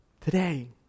today